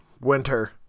winter